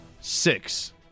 six